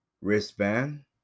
wristband